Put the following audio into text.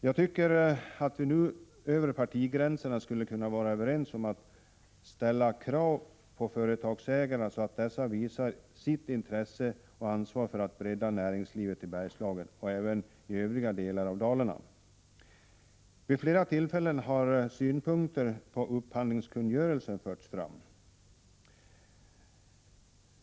Jag tycker att vi nu över partigränserna skulle kunna vara överens om att ställa krav på företagsägarna, så att dessa visar sitt intresse och ansvar för att bredda näringslivet i Bergslagen och även i övriga delar av Dalarna. Vid flera tillfällen har synpunkter på upphandlingskungörelsen förts fram.